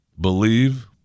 believe